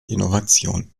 innovation